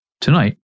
Tonight